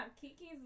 Kiki's